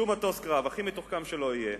שום מטוס קרב, הכי מתוחכם שלא יהיה,